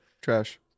Trash